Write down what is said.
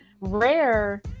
rare